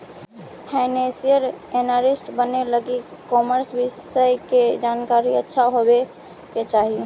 financial analyst बने लगी commerce विषय के जानकारी अच्छा होवे के चाही